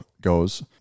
goes